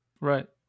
Right